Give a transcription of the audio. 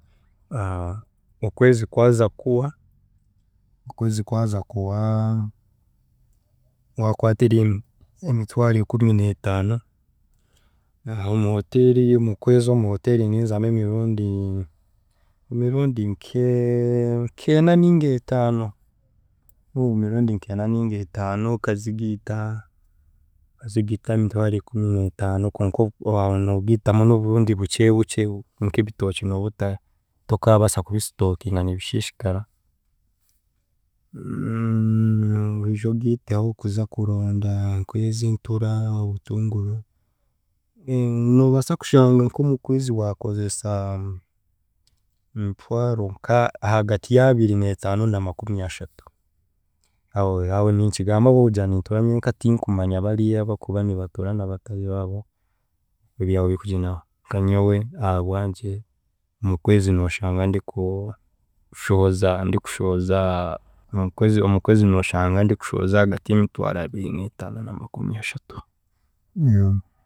okwezi kwaza kuhwa, okwezi kwaza kuhwa waakwata eria emitwaro ikumineetaano omu hotel omu kwezi omu hotel ninzamu emirundi emirundi nke- nk'ena ninga etaano emirundi nk'ena ninga etaano okazigiita okazigiita aha mitwaro ikumineetaano konka aho noogiitaamu n'obundi bukye bukye nk'ebitookye nooba ota tokaabaasa kubisitookinga nibishiishikara oije ogiiteho okuza kuronda nk'ezo entura obutura, obutunguru noobaasa kushanga nk'omu kwezi waakozesa emitwaro nk'ahaagati y'abirineetaano na makumyashatu aho aho ninkigamba ahabw’okugira nintura nyenka tinkumanya bariya abakuba nibatuura n’abataahi baabo ebyabo nka nyowe aha bwangye omu kwezi nooshanga ndikushohoza ndikushohoza omu kwezi omu kwezi nooshanga ndikushohoza ahaagati y'emitwaro abirineetaano na makumyashatu.